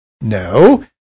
No